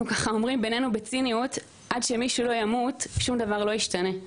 אומרים ככה בינינו בציניות עד שמישהו לא ימות כלום לא ישתנה.